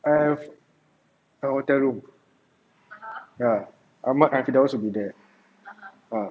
I have the hotel room ya ahmad and firdaus will be there ah